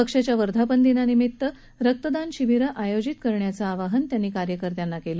पक्षाच्या वर्धापनदिनानिमित्त रकदान शिबिरं आयोजित करण्याचं आवाहन त्यांनी कार्यकर्त्यांना केलं